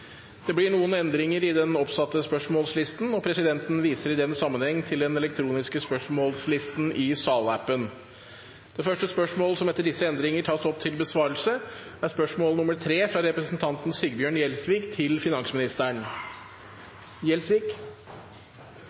Det blir noen endringer i den oppsatte spørsmålslisten, og presidenten viser i den sammenheng til den elektroniske spørsmålslisten i salappen. Endringene var som følger: Spørsmål l, fra representanten Anniken Huitfeldt til